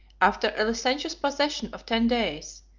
after a licentious possession of ten days,